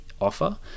offer